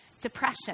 depression